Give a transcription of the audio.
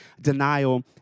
denial